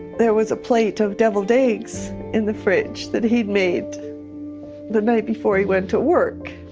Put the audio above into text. there was a plate of devilled eggs in the fridge that he'd made the night before he went to work.